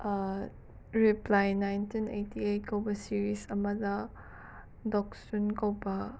reply nineteen eighty eight series ꯑꯃꯗ ꯗꯣꯛ ꯁꯨꯟ ꯀꯧꯕ